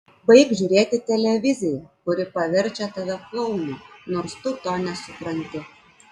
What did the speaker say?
baik žiūrėti televiziją kuri paverčia tave klounu nors tu to nesupranti